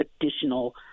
additional